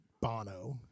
Bono